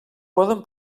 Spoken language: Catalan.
poden